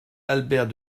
albert